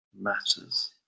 matters